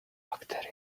bacteria